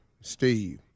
Steve